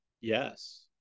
Yes